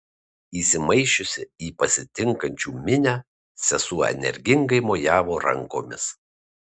įsimaišiusi į pasitinkančių minią sesuo energingai mojavo rankomis